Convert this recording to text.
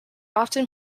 often